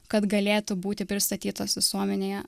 kad galėtų būti pristatytos visuomenėje